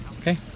Okay